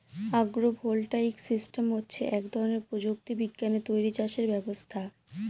আগ্র voltaic system হচ্ছে এক ধরনের প্রযুক্তি বিজ্ঞানে তৈরী চাষের ব্যবস্থা